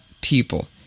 people